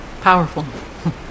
powerful